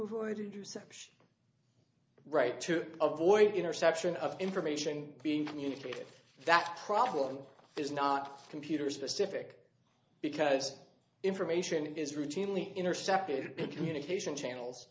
such right to avoid interception of information being communicated that problem is not computer specific because information is routinely intercepted communication channels